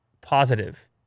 positive